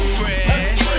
fresh